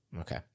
Okay